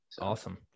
Awesome